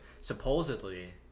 supposedly